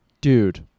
dude